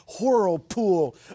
whirlpool